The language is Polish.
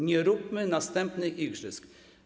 Nie róbmy następnych igrzysk.